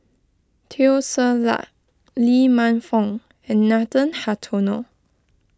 Teo Ser Luck Lee Man Fong and Nathan Hartono